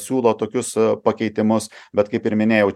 siūlo tokius pakeitimus bet kaip ir minėjau